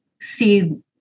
see